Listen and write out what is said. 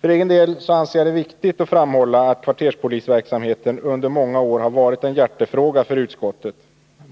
För egen del anser jag det viktigt att framhålla att kvarterspolisverksamheten under många år har varit en hjärtefråga för utskottet.